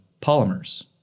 polymers